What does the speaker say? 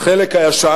בחלק הישן,